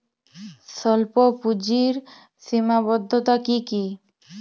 স্বল্পপুঁজির সীমাবদ্ধতা কী কী?